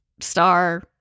star